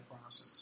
process